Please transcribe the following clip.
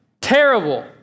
Terrible